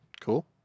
Cool